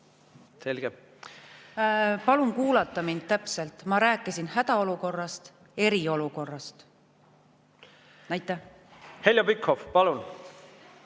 Palun kuulata mind täpselt. Ma rääkisin hädaolukorrast ja eriolukorrast. Heljo Pikhof, palun!